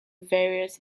various